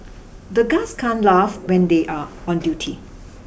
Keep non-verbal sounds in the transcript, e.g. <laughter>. <noise> the guards can't laugh when they are on duty